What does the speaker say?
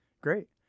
Great